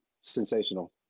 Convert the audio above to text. Sensational